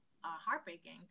heartbreaking